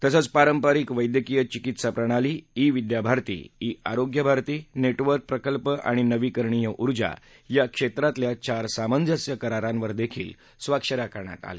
तसंच पारंपरिक वैद्यकीय चिकित्सा प्रणाली e Vidyabharati e Arogya Bharati network प्रकल्प आणि नवीकरणीय उर्जा या क्षेत्रातल्या चार सामंजस्य करारांवर स्वाक्ष या झाल्या